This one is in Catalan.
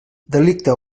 delicte